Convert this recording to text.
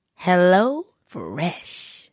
HelloFresh